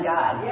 God